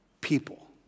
People